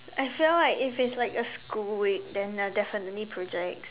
I feel like if it's like a school week then ya definitely projects